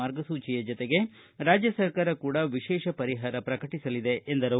ಮಾರ್ಗಸೂಚಿಯ ಜತೆಗೆ ರಾಜ್ಯ ಸರ್ಕಾರ ಕೂಡ ವಿಶೇಷ ಪರಿಹಾರ ಪ್ರಕಟಿಸಲಿದೆ ಎಂದರು